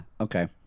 Okay